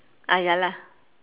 ah ya lah